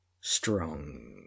strong